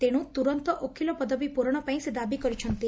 ତେଣୁ ତୁରନ୍ତ ଓକିଲ ପଦବୀ ପୂରଣ ପାଇଁ ସେ ଦାବି କରିଛନ୍ତି